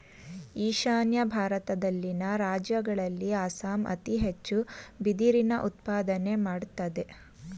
ಈಶಾನ್ಯ ಭಾರತದಲ್ಲಿನ ರಾಜ್ಯಗಳಲ್ಲಿ ಅಸ್ಸಾಂ ಅತಿ ಹೆಚ್ಚು ಬಿದಿರಿನ ಉತ್ಪಾದನೆ ಮಾಡತ್ತದೆ